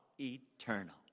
eternal